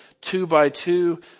two-by-two